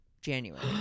January